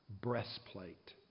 Breastplate